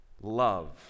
love